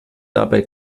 dabei